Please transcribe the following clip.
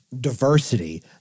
diversity